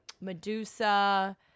medusa